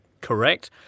Correct